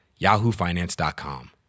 YahooFinance.com